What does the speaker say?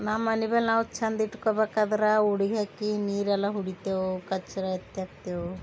ನಮ್ಮನೆ ಬಲ್ ನಾವು ಚಂದಿಟ್ಕೊಬೇಕಾದ್ರೆ ಉಡಿಗ್ ಹಾಕ್ಕಿ ನೀರು ಎಲ್ಲ ಹೊಡಿತೆವು ಕಚ್ರ ಎತ್ಯಾಕ್ತೆವು